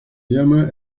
llama